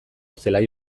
zelai